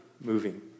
moving